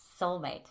soulmate